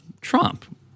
Trump